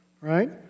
Right